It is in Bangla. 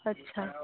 আচ্ছা